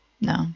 No